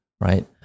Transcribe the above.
right